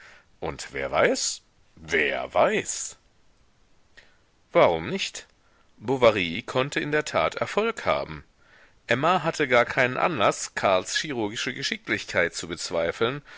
und wer weiß wer weiß warum nicht bovary konnte in der tat erfolg haben emma hatte gar keinen anlaß karls chirurgische geschicklichkeit zu bezweifeln